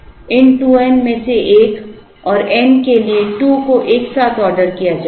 इन 2 n में से एक और n के लिए 2 को एक साथ ऑर्डर किया जाएगा